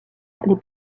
les